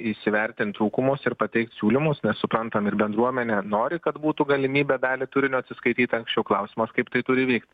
įsivertint trūkumus ir pateikt siūlymus nes suprantam ir bendruomenė nori kad būtų galimybė dalį turinio atsiskaityt anksčiau klausimas kaip tai turi vykt